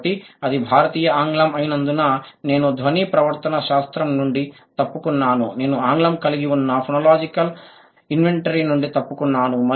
కాబట్టి అది భారతీయ ఆంగ్లం అయినందున నేను ధ్వని ప్రవర్తన శాస్త్రం నుండి తప్పుకున్నాను నేను ఆంగ్లం కలిగి ఉన్న ఫోనోలాజికల్ ఇన్వెంటరీ నుండి తప్పుకున్నాను